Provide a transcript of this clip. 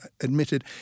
admitted